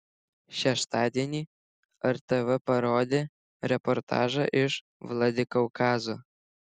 šeštadienį rtv parodė reportažą iš vladikaukazo